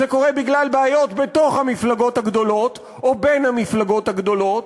זה קורה בגלל בעיות בתוך המפלגות הגדולות או בין המפלגות הגדולות.